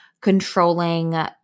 controlling